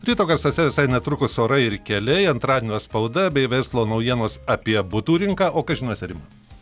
ryto garsuose visai netrukus orai ir keliai antradienio spauda bei verslo naujienos apie butų rinką o kas žiniose rima